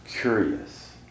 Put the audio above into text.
curious